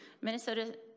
Minnesota